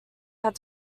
had